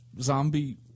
zombie